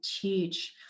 teach